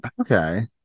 okay